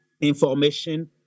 information